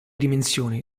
dimensioni